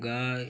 गाय